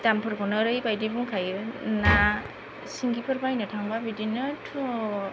दामफोरखौनो ओरैबायदि बुंखायो ना सिंगिफोर बायनो थांबा बिदिनो टु